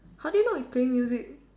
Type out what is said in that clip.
how do you know it's playing music